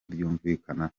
byumvikana